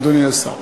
אדוני השר.